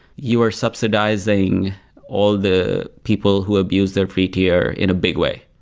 you are subsidizing all the people who abuse their feet here in a big way.